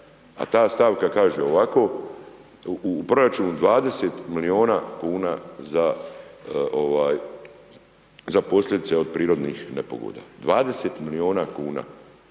a ta stavka kaže ovako, u proračunu 20 milijuna kuna za posljedice od prirodnih nepogoda, 20 milijuna kuna.